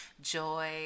joy